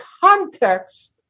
context